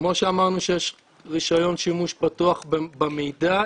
כמו שאמרנו שיש רישיון שימוש פתוח במידע,